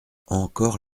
encore